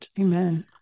amen